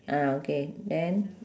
ah okay then